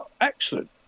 Excellent